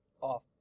off